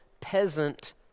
peasant